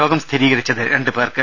രോഗം സ്ഥിരീകരിച്ചത് രണ്ടുപേർക്ക്